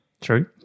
True